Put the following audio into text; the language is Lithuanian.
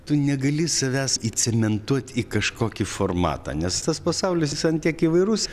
tu negali savęs įcementuot į kažkokį formatą nes tas pasaulis jis an tiek įvairus